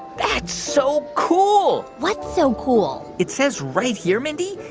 that's so cool what's so cool? it says right here, mindy,